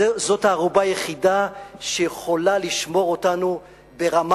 זאת הערובה היחידה שיכולה לשמור אותנו ברמה